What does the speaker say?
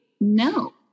no